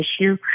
issue